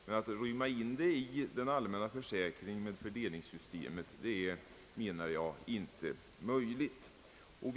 Men det är enligt min mening inte möjligt att inrymma denna valfrihet i en allmän försäkring enligt fördelningssystemet.